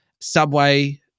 Subway